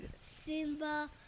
Simba